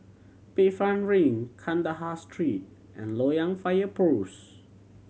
Bayfront Link Kandahar Street and Loyang Fire Post